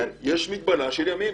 יש מגבלה של ימים.